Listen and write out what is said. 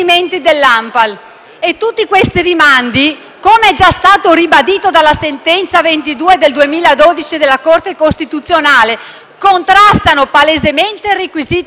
Tutti questi rimandi, come è già stato ribadito dalla sentenza n. 22 del 2012 della Corte costituzionale, contrastano palesemente con il requisito di urgenza.